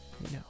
no